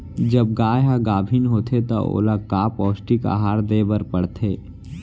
जब गाय ह गाभिन होथे त ओला का पौष्टिक आहार दे बर पढ़थे?